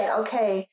okay